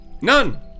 None